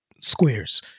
squares